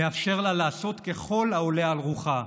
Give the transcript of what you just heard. מאפשר לה לעשות ככל העולה על רוחה.